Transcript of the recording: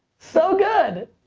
so good!